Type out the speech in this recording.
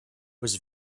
was